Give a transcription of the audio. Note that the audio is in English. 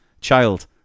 Child